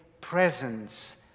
presence